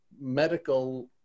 medical